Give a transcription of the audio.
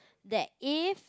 that if